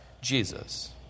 Jesus